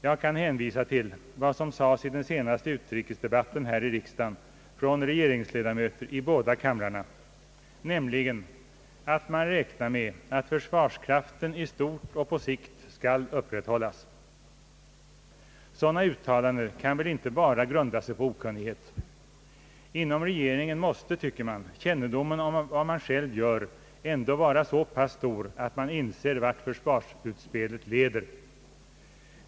Jag kan hänvisa till vad som sades i den senaste utrikesdebatten här i riksdagen av regeringsledamöter i båda kamrarna, nämligen att man räknar med att försvarskraften i stort och på sikt skall upprätthållas. Sådana uttalanden kan väl inte bara grunda sig på okunnighet. Inom regeringen måste, tycker man, kännedomen om vad man själv gör ändå vara så pass stor att man inser vart försvarsutspelet leder.